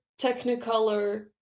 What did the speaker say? technicolor